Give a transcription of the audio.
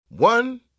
One